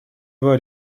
два